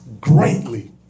greatly